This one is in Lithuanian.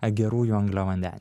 gerųjų angliavandenių